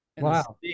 Wow